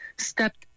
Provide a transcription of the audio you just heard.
stepped